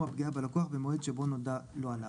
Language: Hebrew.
הפגיעה בלקוח במועד שבו נודע לו עליו.